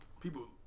people